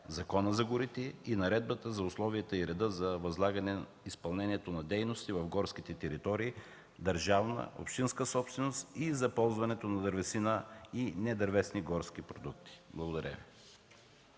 Законът за горите и Наредбата за условията и реда за възлагане изпълнението на дейности в горски територии – държавна и общинска собственост, и за ползването на дървесина и недървесни горски продукти. Благодаря.